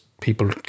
people